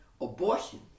abortion